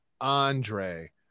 Andre